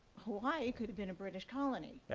hawaii could have been a british colony?